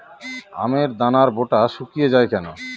আমের দানার বোঁটা শুকিয়ে য়ায় কেন?